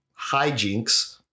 Hijinks